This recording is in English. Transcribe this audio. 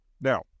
Now